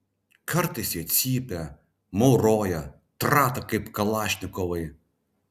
kartais jie cypia mauroja trata kaip kalašnikovai